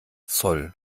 zoll